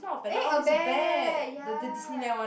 eh a bear ya